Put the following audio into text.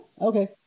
Okay